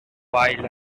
while